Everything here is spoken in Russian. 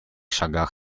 шагах